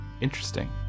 Interesting